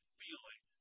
feeling